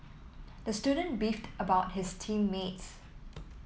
the student beefed about his team mates